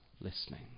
listening